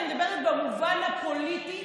אני מדברת במובן הפוליטי,